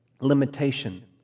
limitation